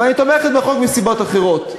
אבל אני תומכת בחוק מסיבות אחרות.